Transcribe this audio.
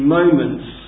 moments